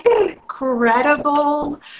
incredible